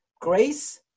Grace